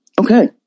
Okay